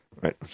right